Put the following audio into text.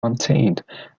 maintained